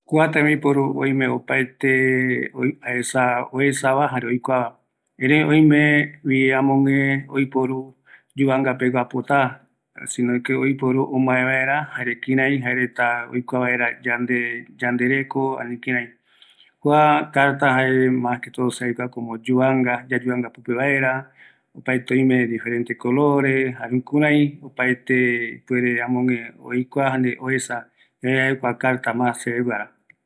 Kua yuvanga pegua, opaete amogue reta oyuvanga pɨpeva, oime ïru carta oiporu vaera ɨru peguara, amogue jokoropi oesauka yandeve yande suerteva